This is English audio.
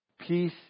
Peace